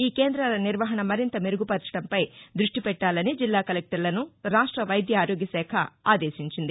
ఈ కేంద్రాల నిర్వహణ మరింత మెరుగుపరచటంపై దృష్టిపెట్టాలని జిల్లా కలెక్టర్లను రాష్ట వైద్య ఆరోగ్య శాఖ ఆదేశించింది